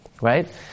Right